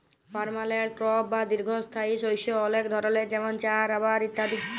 permanent crop বা দীঘ্ঘস্থায়ী শস্য অলেক ধরলের যেমল চাঁ, রাবার ইত্যাদি